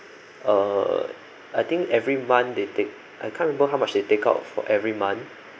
err I think every month they take I can't remember how much they take out for every month